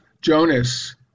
Jonas